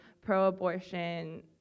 pro-abortion